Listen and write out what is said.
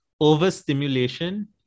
overstimulation